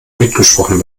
mitgesprochen